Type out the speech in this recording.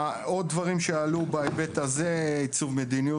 עוד דברים שעלו בהיבט הזה: עיצוב מדיניות,